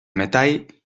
metall